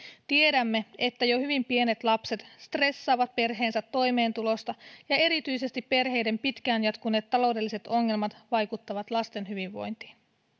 tiedämme että jo hyvin pienet lapset stressaavat perheensä toimeentulosta ja erityisesti perheiden pitkään jatkuneet taloudelliset ongelmat vaikuttavat lasten hyvinvointiin